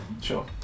sure